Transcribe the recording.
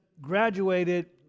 graduated